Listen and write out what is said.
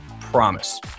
promise